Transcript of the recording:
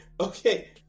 Okay